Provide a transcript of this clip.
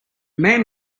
man